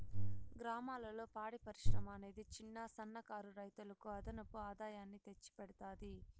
గ్రామాలలో పాడి పరిశ్రమ అనేది చిన్న, సన్న కారు రైతులకు అదనపు ఆదాయాన్ని తెచ్చి పెడతాది